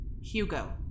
Hugo